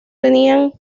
tenían